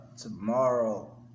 tomorrow